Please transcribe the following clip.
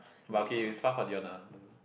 but okay it's far for Dion ah